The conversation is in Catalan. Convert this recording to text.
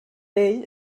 ell